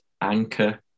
Anchor